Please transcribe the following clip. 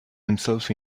himself